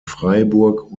freiburg